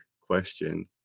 question